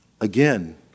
Again